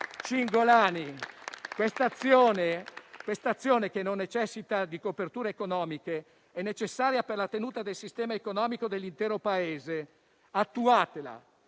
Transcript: Cingolani, quest'azione, che non necessita di coperture economiche, è necessaria per la tenuta del sistema economico dell'intero Paese: attuatela!